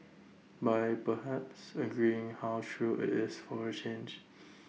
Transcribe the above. by perhaps agreeing how true IT is for A change